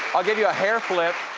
i'll give you a hair flip.